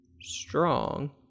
strong